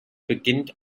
beginnt